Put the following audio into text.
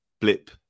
blip